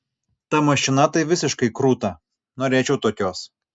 ta mašina tai visiškai krūta norėčiau tokios